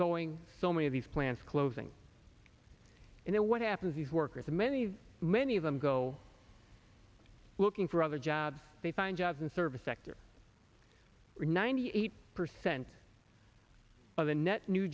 going so many of these plants closing in there what happens is workers in many many of them go looking for other jobs they find jobs and service sector ninety eight percent of the net new